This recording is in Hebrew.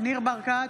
ניר ברקת,